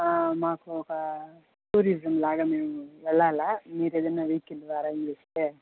మాకు ఒక టూరిజంలాగా మేము వెళ్ళాలి మీరు ఏదైనా వెహికల్ ఎరేంజ్ చేస్తే